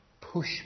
push